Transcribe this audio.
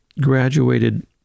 graduated